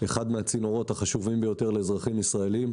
אחד מהצינורות החשובים ביותר לאזרחים ישראלים.